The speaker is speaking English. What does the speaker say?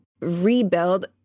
rebuild